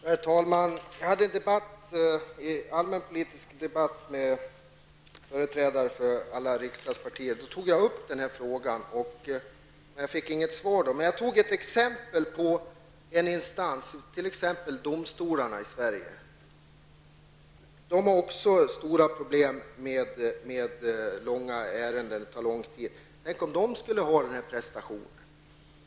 Herr talman! Jag debatterade under den allmänpolitiska debatten med företrädare för alla riksdagspartierna. Jag tog då upp denna fråga men fick inte något svar. Jag gav exempel på andra instanser, nämligen domstolarna i Sverige. Där finns också stora problem med omfattande ärenden som tar lång tid. Tänk om domstolarna skulle ha denna prestationslön.